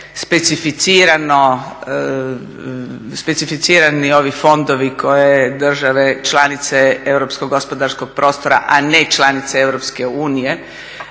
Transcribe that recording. specificirani ovi fondovi koje države članice Europskog gospodarskog prostora a ne članice EU pristupaju